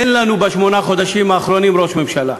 אין לנו בשמונה החודשים האחרונים ראש ממשלה.